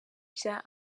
bya